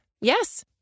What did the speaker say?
Yes